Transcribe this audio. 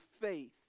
faith